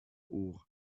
ohr